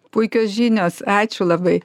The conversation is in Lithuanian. puikios žinios ačiū labai